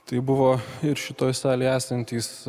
tai buvo ir šitoj salėj esantys